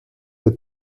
der